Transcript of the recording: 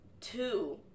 Two